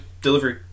delivery